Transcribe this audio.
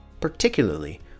particularly